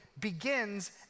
begins